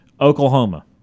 Oklahoma